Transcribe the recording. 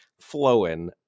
flowing